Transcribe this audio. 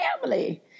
family